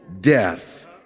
death